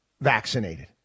vaccinated